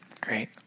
Great